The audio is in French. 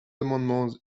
amendements